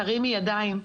תרימי ידיים.